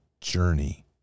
journey